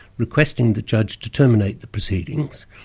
requesting the judge to terminate the proceedings,